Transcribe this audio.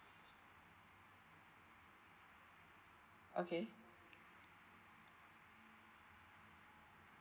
okay